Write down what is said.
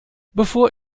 bevor